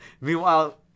Meanwhile